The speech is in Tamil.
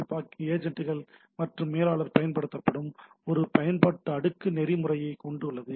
பி ஏஜன்ட்டுகள் மற்றும் மேலாளர் பயன்படுத்தப்படும் ஒரு பயன்பாட்டு அடுக்கு நெறிமுறையைப் கொண்டு உள்ளது